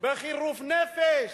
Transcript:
בחירוף נפש,